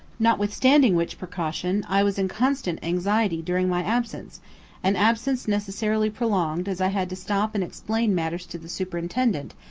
notwithstanding which precaution, i was in constant anxiety during my absence an absence necessarily prolonged as i had to stop and explain matters to the superintendent,